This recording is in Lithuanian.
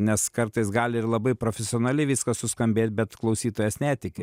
nes kartais gali ir labai profesionaliai viskas suskambėt bet klausytojas netiki